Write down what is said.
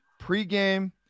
pregame